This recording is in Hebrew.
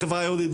בחברה היהודית,